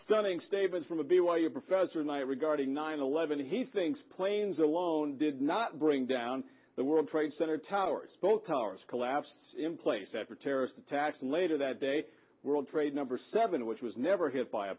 stunning statement from a b y u professor nie regarding nine eleven he thinks planes alone did not bring down the world trade center towers both towers collapsed in place after terrorist attacks and later that day world trade number seven which was never hit by a